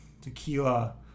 tequila